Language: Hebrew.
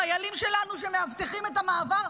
חיילים שלנו שמאבטחים את המעבר,